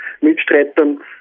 Mitstreitern